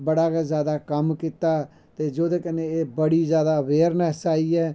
बड़ा गै जादा कम्म कीता ते जेह्दे कन्नै बड़ी जादा अवेयरनैस आई ऐ